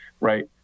right